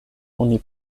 oni